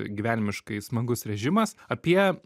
gyvenimiškai smagus režimas apie